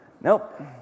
Nope